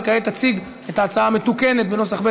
וכעת תציג את ההצעה המתוקנת בנוסח ב',